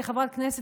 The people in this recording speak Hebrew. כחברת כנסת,